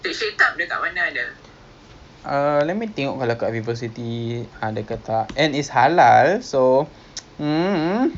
err they say okay so segway one hour eh I salah kot kejap eh